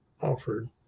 offered